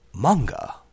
manga